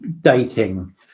dating